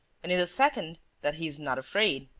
and in the second, that he's not afraid.